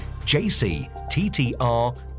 jcttr